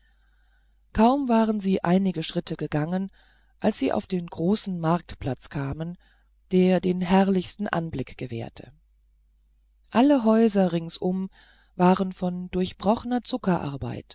kaum waren sie einige schritte gegangen als sie auf den großen marktplatz kamen der den herrlichsten anblick gewährte alle häuser ringsumher waren von durchbrochener